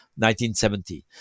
1970